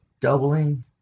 doubling